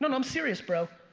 but i'm serious, bro.